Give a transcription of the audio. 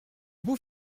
beau